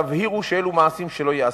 תבהירו שאלו מעשים שלא ייעשו.